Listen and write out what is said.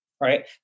right